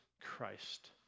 Christ